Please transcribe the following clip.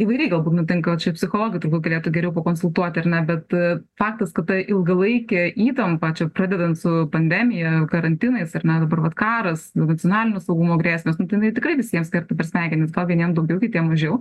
įvairiai galbūt nutinka čia psichologai turbūt galėtų geriau pakonsultuoti ar ne bet faktas kad ta ilgalaikė įtampa čia pradedant su pandemija karantinais ir ne dabar vat karas nacionalinio saugumo grėsmės nu tai jinai tikrai visiems kerta per smegenis gal vieniem daugiau kitiem mažiau